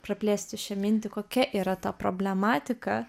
praplėsti šią mintį kokia yra ta problematika